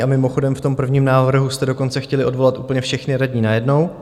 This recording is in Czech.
A mimochodem, v tom prvním návrhu jste dokonce chtěli odvolat úplně všechny radní najednou.